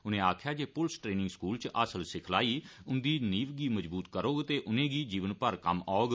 उनें आक्खेया जे पुलस ट्रैनिंग स्कूल इच हासल सिखलाई उंदी नींव गी मजबूत करौग ते उनें गी जीवनभर कम्म औग